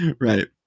Right